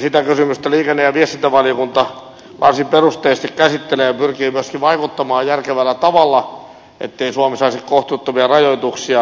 sitä kysymystä liikenne ja viestintävaliokunta varsin perusteellisesti käsittelee ja pyrkii myöskin vaikuttamaan järkevällä tavalla ettei suomi saisi kohtuuttomia rajoituksia